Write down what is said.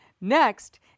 Next